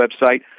website